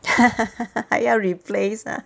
还要 replace ah